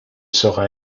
sera